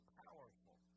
powerful